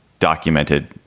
documented,